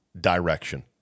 direction